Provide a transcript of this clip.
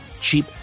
cheap